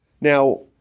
Now